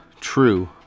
true